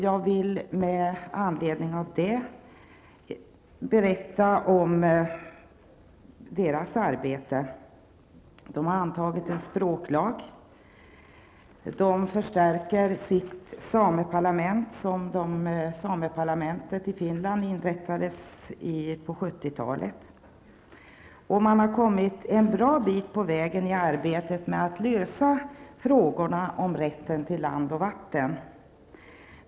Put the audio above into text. Jag vill med anledning av detta berätta om deras arbete. De har antagit en språklag. Man förstärker sitt sameparlament, som inrättades på 1970-talet. Man har kommit en bra bit på vägen i arbetet med att lösa frågorna om rätten till land och vatten.